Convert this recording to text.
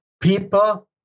people